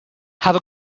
have